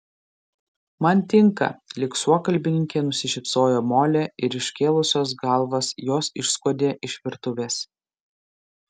man tinka lyg suokalbininkė nusišypsojo molė ir iškėlusios galvas jos išskuodė iš virtuvės